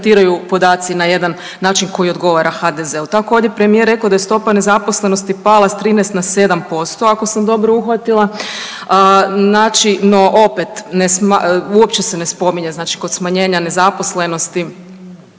interpretiraju podaci na jedan način koji odgovara HDZ-u. Tako je ovdje premijer rekao da je stopa nezaposlenosti pala s 13 na 7% ako sam dobro uhvatila, no opet uopće se ne spominje kod smanjenja nezaposlenosti